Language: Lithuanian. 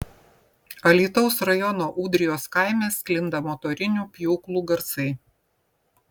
alytaus rajono ūdrijos kaime sklinda motorinių pjūklų garsai